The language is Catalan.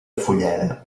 fulleda